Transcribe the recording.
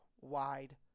wide